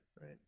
right